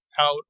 out